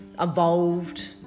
evolved